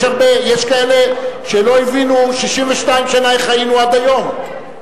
יש כאלה שלא הבינו 62 שנה איך חיינו עד היום.